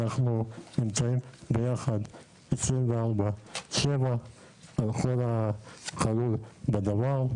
אנחנו נמצאים ביחד 24/7 על כל הכלול בדבר.